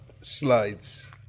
slides